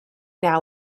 now